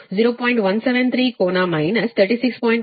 173 ಕೋನ ಮೈನಸ್ 36